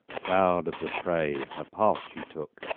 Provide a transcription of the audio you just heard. proud of the prey, her path she took,